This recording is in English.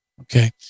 Okay